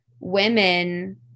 Women